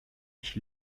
ich